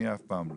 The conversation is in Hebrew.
אני אף פעם לא.